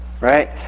right